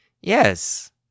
Yes